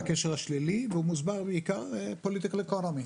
הקשר השלילי מוסבר בעיקר political economy,